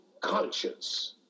conscience